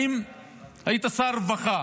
היית שר הרווחה